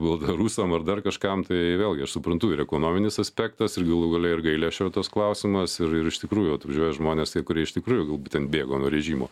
baltarusiam ar dar kažkam tai vėlgi aš suprantu ir ekonominis aspektas ir galų gale ir gailesčio tas klausimas ir ir iš tikrųjų atvažiuoja žmonės tie kurie iš tikrųjų galbūt ten bėgo nuo režimo